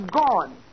gone